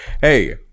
Hey